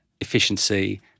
efficiency